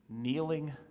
kneeling